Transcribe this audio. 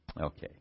Okay